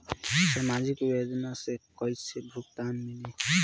सामाजिक योजना से कइसे भुगतान मिली?